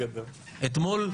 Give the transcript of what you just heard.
אתמול,